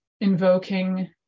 invoking